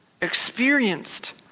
experienced